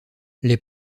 les